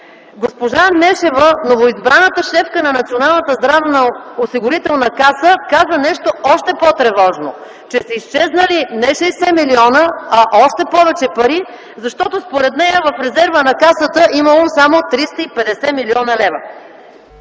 Госпожа Нешева, новоизбраната шефка на Националната здравноосигурителна каса, каза нещо още по-тревожно, че са изчезнали не 60 милиона, а още повече пари, защото според нея в резерва на Касата имало само 350 млн. лв.